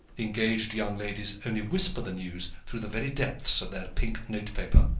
engaged young ladies only whisper the news through the very depths of their pink note-paper,